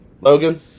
Logan